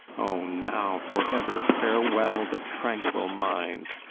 o, now, for ever farewell the tranquil mind!